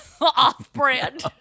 off-brand